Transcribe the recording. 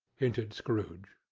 hinted scrooge.